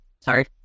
Sorry